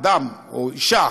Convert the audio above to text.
אדם או אישה,